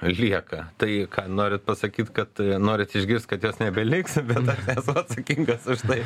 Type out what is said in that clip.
lieka tai ką norit pasakyt kad norit išgirst kad jos nebeliks bet aš nesu atsakingas už tai